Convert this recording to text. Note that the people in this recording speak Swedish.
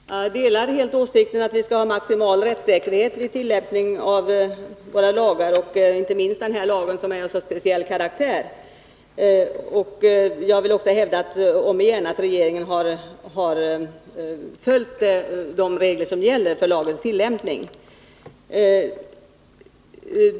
Herr talman! Jag delar helt åsikten att vi skall ha maximal rättssäkerhet vid tillämpningen av våra lagar — inte minst vid tillämpningen av den här lagen som är av så speciell karaktär. Jag vill också hävda om igen att regeringen följt de regler som gäller för lagens tillämpning.